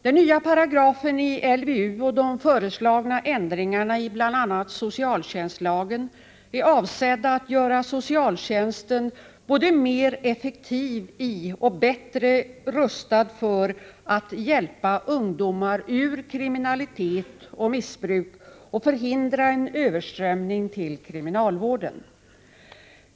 Den nya paragrafen i LVU och de föreslagna ändringarna i bl.a. socialtjänstlagen är avsedda att göra socialtjänsten både mer effektiv och bättre rustad för att hjälpa ungdomar ur kriminalitet och missbruk och förhindra en överströmning till kriminalvården.